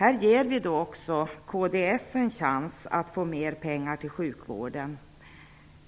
Vi ger kds en chans att få mer pengar till sjukvården.